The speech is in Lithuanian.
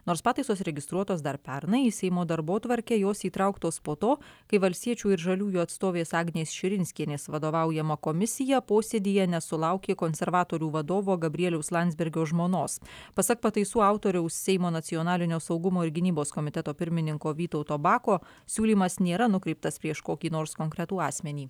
nors pataisos registruotos dar pernai į seimo darbotvarkę jos įtrauktos po to kai valstiečių ir žaliųjų atstovės agnės širinskienės vadovaujama komisija posėdyje nesulaukė konservatorių vadovo gabrieliaus landsbergio žmonos pasak pataisų autoriaus seimo nacionalinio saugumo ir gynybos komiteto pirmininko vytauto bako siūlymas nėra nukreiptas prieš kokį nors konkretų asmenį